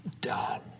done